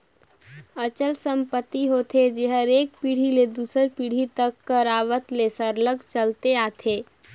अचल संपत्ति होथे जेहर एक पीढ़ी ले दूसर पीढ़ी तक कर आवत ले सरलग चलते आथे